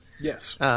Yes